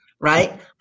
right